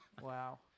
Wow